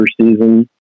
season